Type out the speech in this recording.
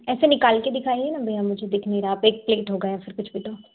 ऐसे निकाल के दिखाइए ना भईया मुझे दिख नहीं रहा है आप एक प्लेट होगा या फिर कुछ भी तो